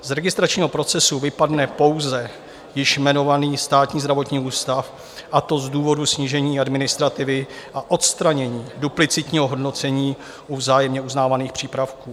Z registračního procesu vypadne pouze již jmenovaný Státní zdravotní ústav, a to z důvodu snížení administrativy a odstranění duplicitního hodnocení u vzájemně uznávaných přípravků.